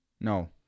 no